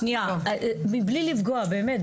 מבלי לפגוע, באמת.